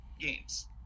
games